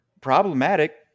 problematic